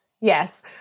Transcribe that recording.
Yes